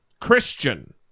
Christian